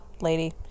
Lady